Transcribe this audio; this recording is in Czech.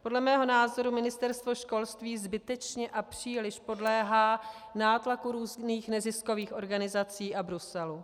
Podle mého názoru Ministerstvo školství zbytečně a příliš podléhá nátlaku různých neziskových organizací a Bruselu.